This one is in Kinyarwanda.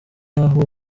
y’aho